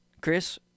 Chris